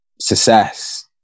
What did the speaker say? success